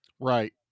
Right